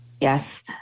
Yes